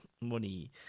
money